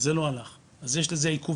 זה לא הלך, אז יש לזה עיכובים.